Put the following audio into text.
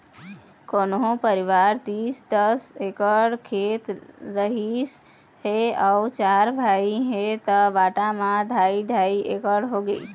कोनो परिवार तीर दस एकड़ खेत रहिस हे अउ चार भाई हे त बांटा म ढ़ाई ढ़ाई एकड़ होगे